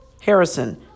harrison